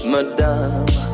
Madame